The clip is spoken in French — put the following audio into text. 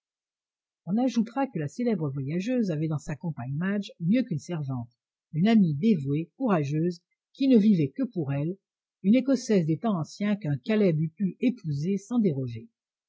on ajoutera que la célèbre voyageuse avait dans sa compagne madge mieux qu'une servante une amie dévouée courageuse qui ne vivait que pour elle une écossaise des anciens temps qu'un caleb eût pu épouser sans déroger